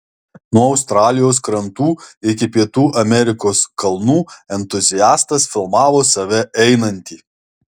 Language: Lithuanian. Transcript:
nuo australijos krantų iki pietų amerikos kalnų entuziastas filmavo save einantį